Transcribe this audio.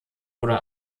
oder